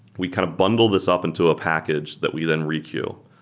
we kind of bundle this up into a package that we then re-queue.